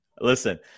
Listen